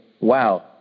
wow